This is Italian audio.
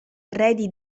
arredi